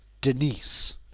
Denise